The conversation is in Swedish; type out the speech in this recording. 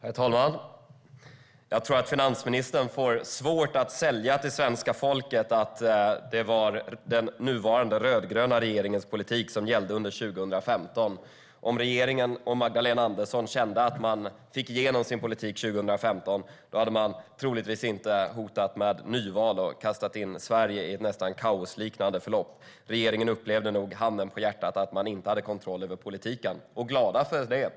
Herr talman! Jag tror att finansministern får svårt att sälja till svenska folket att det var den nuvarande rödgröna regeringens politik som gällde under 2015. Om regeringen och Magdalena Andersson kände att de fick igenom sin politik 2015 hade de troligtvis inte hotat med nyval och kastat in Sverige i ett nästan kaosliknande förlopp. Regeringen upplevde nog, handen på hjärtat, att man inte hade kontroll över politiken.